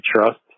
trust